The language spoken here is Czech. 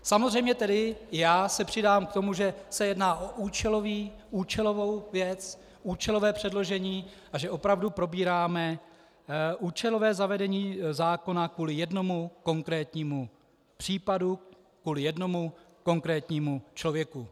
Samozřejmě tedy i já se přidám k tomu, že se jedná o účelovou věc, účelové předložení, a že opravdu probíráme účelové zavedení zákona kvůli jednomu konkrétnímu případu, kvůli jednomu konkrétnímu člověku.